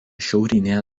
šiaurinėje